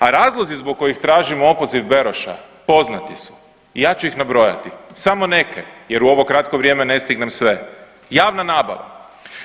A razlozi zbog kojih tražimo opoziv Beroša poznati su i ja ću ih nabrojati samo neke jer u ovo kratko vrijeme ne stignem sve, javna nabava,